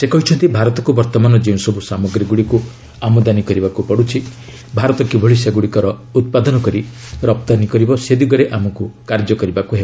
ସେ କହିଛନ୍ତି ଭାରତକୁ ବର୍ତ୍ତମାନ ଯେଉଁସବୁ ସାମଗ୍ରୀଗୁଡ଼ିକୁ ଆମଦାନୀ କରିବାକୁ ପଡୁଛି ଭାରତ କିଭଳି ସେଗୁଡ଼ିକୁ ଉତ୍ପାଦନ କରି ରପ୍ତାନୀ କରିବ ସେ ଦିଗରେ ଆମକ୍ କାର୍ଯ୍ୟକରିବାକ୍ ହେବ